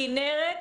כנרת,